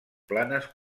planes